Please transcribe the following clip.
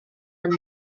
ond